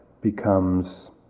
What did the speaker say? becomes